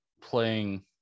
playing